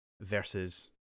versus